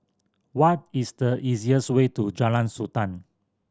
what is the easiest way to Jalan Sultan